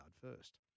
first